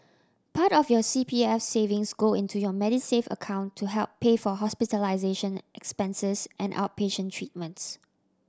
part of your C P S savings go into your Medisave account to help pay for hospitalization expenses and outpatient treatments